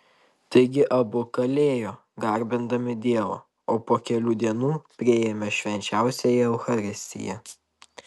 taigi abu kalėjo garbindami dievą o po kelių dienų priėmė švenčiausiąją eucharistiją